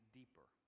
deeper